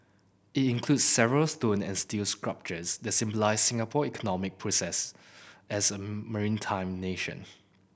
it includes several stone and steel sculptures that symbolise Singapore economic process as a maritime nation